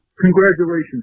Congratulations